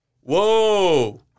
whoa